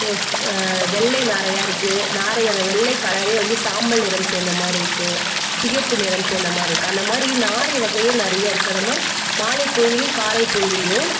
of வெள்ளை நாரையாக இருக்குது நாரை அந்த வெள்ளை கலரே வந்து சாம்பல் நிறம் சேர்ந்த மாதிரி இருக்குது சிகப்பு நிறம் சேர்ந்த மாதிரி இருக்குது அந்த மாதிரி நாரை வகையே நிறைய இருக்குது அந்த மாதிரி மாலை பொழுதுலியும் காலை பொழுதுலியும்